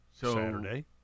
Saturday